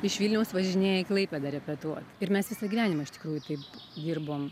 iš vilniaus važinėja į klaipėdą repetuot ir mes visą gyvenimą iš tikrųjų taip dirbom